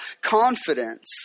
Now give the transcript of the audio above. confidence